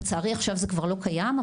לצערי עכשיו זה כבר לא קיים,